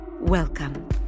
welcome